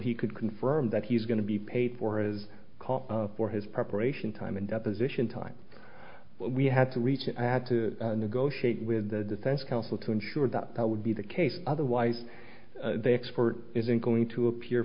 he could confirm that he is going to be paid for his call for his preparation time and deposition time we had to reach and i had to negotiate with the defense counsel to ensure that that would be the case otherwise they export isn't going to appear